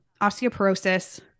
osteoporosis